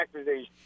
accusations